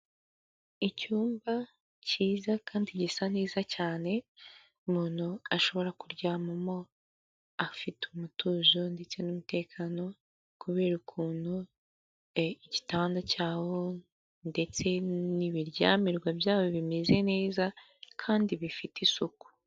Icyumba kiza kandi gisa neza cyane umuntu ashobora kuryamamo afite umutuzo ndetse n'umutekano kubera ukuntu e igitanda cyawo ndetse n'ibiryamirwa byabo bimeze neza kandi bifite isuku.